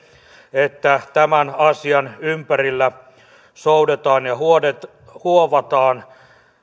että tämän asian ympärillä soudetaan ja huovataan